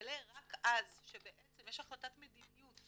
יגלה רק אז שיש החלטת מדיניות